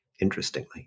interestingly